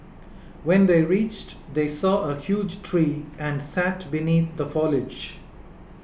when they reached they saw a huge tree and sat beneath the foliage